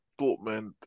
Dortmund